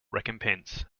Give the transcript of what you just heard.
recompense